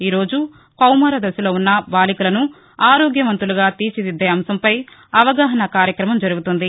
ఈరోజు కౌమార దశలో ఉన్న బాలికలను ఆరోగ్యవంతులుగా తీర్చిదిద్దే అంశంపై అవగాహన కార్యక్రమం జరుగుతోంది